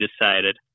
decided